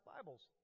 Bibles